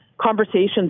Conversations